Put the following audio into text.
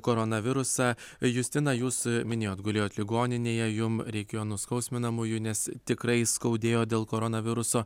koronavirusą justina jūs minėjot gulėjot ligoninėje jum reikėjo nuskausminamųjų nes tikrai skaudėjo dėl koronaviruso